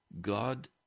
God